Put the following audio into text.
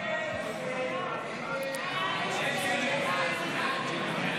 הסתייגות 31 לא נתקבלה.